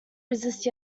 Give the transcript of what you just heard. resist